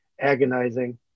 agonizing